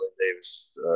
Davis